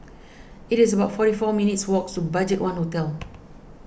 It is about forty four minutes' walk to Budgetone Hotel